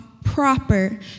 proper